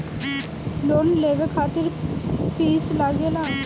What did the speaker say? Loan लेवे खातिर fees लागेला?